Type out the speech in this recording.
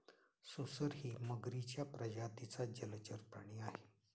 सुसरही मगरीच्या प्रजातीचा जलचर प्राणी आहे